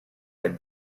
had